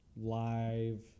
live